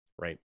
Right